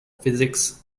physics